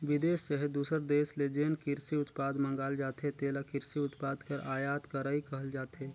बिदेस चहे दूसर देस ले जेन किरसी उत्पाद मंगाल जाथे तेला किरसी उत्पाद कर आयात करई कहल जाथे